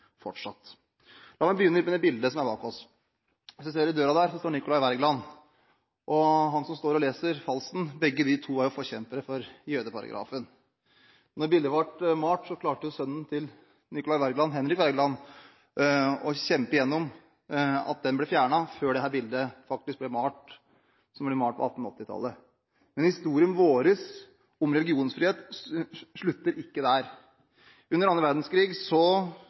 fortsatt. La meg begynne litt med det bildet som henger bak oss her. Hvis vi ser i døra der, står Nicolai Wergeland, og han som står og leser, er Falsen. Begge de to er forkjempere for jødeparagrafen. Da bildet ble malt, klarte sønnen til Nicolai Wergeland, Henrik Wergeland, å kjempe igjennom at den ble fjernet, før dette bildet faktisk ble malt – på 1880-tallet. Men historien vår om religionsfrihet slutter ikke der. Under annen verdenskrig